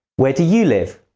where do you live?